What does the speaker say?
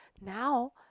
Now